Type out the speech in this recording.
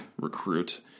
recruit